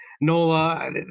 Nola